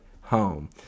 home